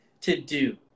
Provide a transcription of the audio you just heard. to-do